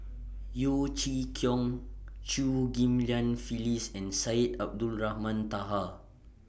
Yeo Chee Kiong Chew Ghim Lian Phyllis and Syed Abdulrahman Taha